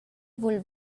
vul